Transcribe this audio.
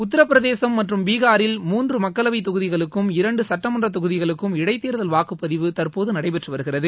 உத்தரபிரதேசம் மற்றும் பீகாரில் மூன்று மக்களவை தொகுதிகளுக்கும் இரண்டுசட்டமன்ற தொகுதிகளுக்கும் இடைத்தேர்தல் வாக்குப்பதிவு தற்போது நடைபெற்று வருகிறது